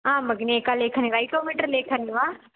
आं भगिनि एका लेखनी रैटोमीटर् लेखनी वा